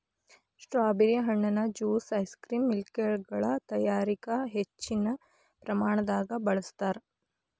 strawberry ಹಣ್ಣುನ juice ice cream ಮಿಲ್ಕ್ಶೇಕಗಳ ತಯಾರಿಕ ಹೆಚ್ಚಿನ ಪ್ರಮಾಣದಾಗ ಬಳಸ್ತಾರ್